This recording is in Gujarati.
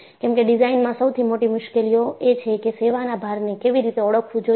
કેમકે ડિઝાઇનમાં સૌથી મોટી મુશ્કેલીઓ એ છે કે સેવાના ભારને કેવી રીતે ઓળખવવું જોઈએ